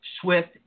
Swift